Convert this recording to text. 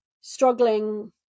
struggling